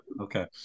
Okay